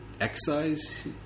excise